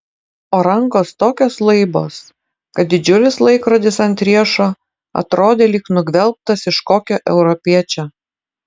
o rankos tokios laibos kad didžiulis laikrodis ant riešo atrodė lyg nugvelbtas iš kokio europiečio